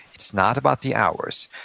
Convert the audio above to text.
it's not about the hours,